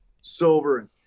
silver